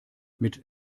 mit